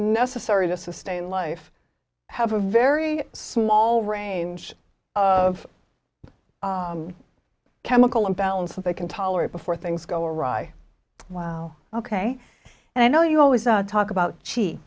necessary to sustain life have a very small range of chemical imbalance that they can tolerate before things go awry wow ok and i know you always talk about chea